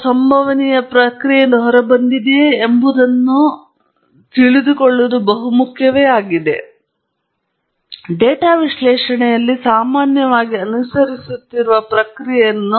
ಹೇಗಾದರೂ ನಾವು ಹೆಚ್ಚು ವಿವರವಾಗಿ ಹೋಗುವುದಿಲ್ಲ ಆದರೆ ನೀವು ಈ ಸತ್ಯವನ್ನು ನೆನಪಿನಲ್ಲಿಟ್ಟುಕೊಳ್ಳಬೇಕು ಮತ್ತು ನೀವು ಡೇಟಾವನ್ನು ಸಂಗ್ರಹಿಸಿದಾಗ ಮತ್ತು ನೀವು ಕುಳಿತುಕೊಳ್ಳುವ ಕೆಲವು ಸಮಯ ಕೆಲವು ಪ್ರಮುಖ ಪ್ರಶ್ನೆಗಳನ್ನು ಕೇಳಲು ಡೇಟಾವನ್ನು ವಿಶ್ಲೇಷಿಸುತ್ತದೆ ಮತ್ತು ಆ ಪ್ರಶ್ನೆಗಳಲ್ಲಿ ಯಾವುದಾದರೂ ಒಂದು ಅಂಶವೆಂದರೆ ಡೇಟಾ ಉತ್ಪಾದಿಸುವ ಪ್ರಕ್ರಿಯೆ